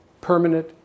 permanent